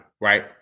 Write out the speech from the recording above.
Right